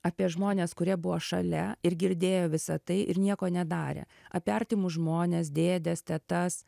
apie žmones kurie buvo šalia ir girdėjo visa tai ir nieko nedarė apie artimus žmones dėdes tetas